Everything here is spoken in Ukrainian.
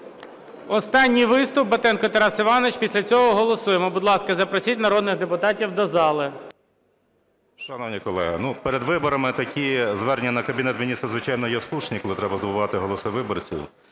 Останній виступ – Тарас Іванович. Після цього голосуємо. Будь ласка, запросіть народних депутатів до зали. 11:28:17 БАТЕНКО Т.І. Шановні колеги, перед виборами такі звернення на Кабінет Міністрів, звичайно, є слушні, коли треба здобувати голоси виборців.